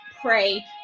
pray